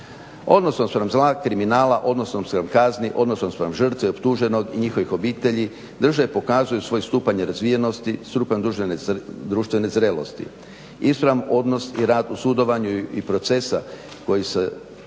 Odnosom spram zla, kriminala, odnosom spram kazni, odnosom spram žrtve, optuženog i njihovih obitelji države pokazuju svoj stupanj razvijenosti … društvene zrelosti. Ispravan odnos i rad u sudovanju i procesa koji se